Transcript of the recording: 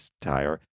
tire